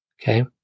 okay